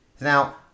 Now